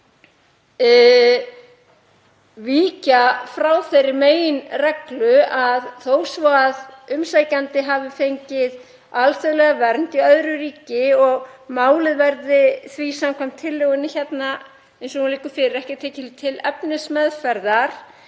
víkja frá þeirri meginreglu að þó svo að umsækjandi hafi fengið alþjóðlega vernd í öðru ríki, og málið verði því samkvæmt tillögunni eins og hún liggur fyrir ekki tekið til efnismeðferðar